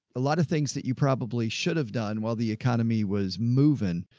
a lot of things that you probably should have done while the economy was moving.